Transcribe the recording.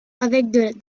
avec